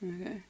Okay